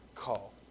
call